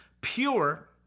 Pure